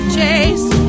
chase